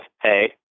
Hey